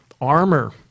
armor